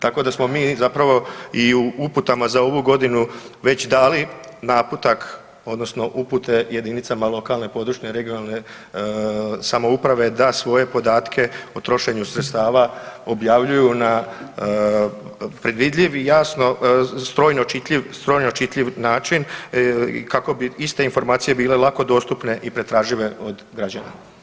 Tako da smo mi zapravo i u uputama za ovu godinu već dali naputak odnosno upute jedinicama lokalne, područne, regionalne samouprave da svoje podatke o trošenju sredstava objavljuju na predvidljiv i jasno strojno čitljiv način kako bi iste informacije bile lako dostupne i pretražive od građana.